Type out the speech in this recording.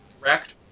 correct